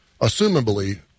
assumably